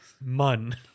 Mun